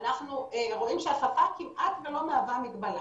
אנחנו רואים שהשפה כמעט לא מהווה מגבלה,